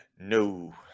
No